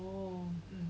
oh